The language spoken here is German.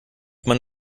man